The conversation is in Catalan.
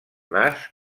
nas